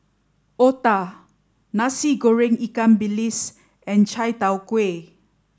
Otah Nasi Goreng Ikan Bilis and Chai Tow Kuay